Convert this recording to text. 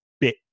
bit